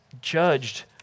judged